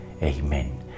Amen